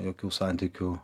jokių santykių